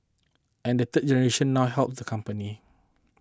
and the third generation now helms the company